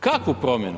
Kakvu promjenu?